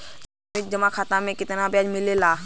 सावधि जमा खाता मे कितना ब्याज मिले ला?